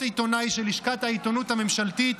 עיתונאי של לשכת העיתונות הממשלתית,